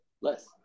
less